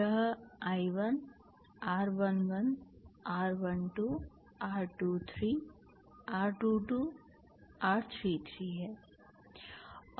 यह I1 R11 R12 R23 R22 R33 है